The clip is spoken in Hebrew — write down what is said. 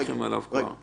סוליות לא מתגלות אחרי 15